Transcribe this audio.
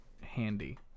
handy